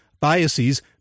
biases